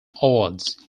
odds